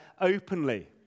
openly